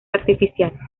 artificial